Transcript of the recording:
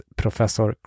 professor